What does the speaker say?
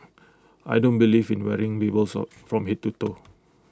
I don't believe in wearing labels or from Head to toe